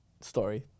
story